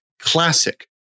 Classic